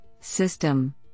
System